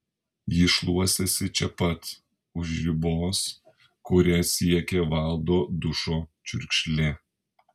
ji šluostėsi čia pat už ribos kurią siekė valdo dušo čiurkšlė